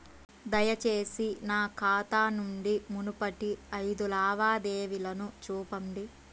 దయచేసి నా ఖాతా నుండి మునుపటి ఐదు లావాదేవీలను చూపండి